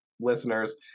listeners